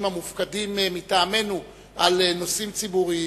המופקדים מטעמנו על נושאים ציבוריים,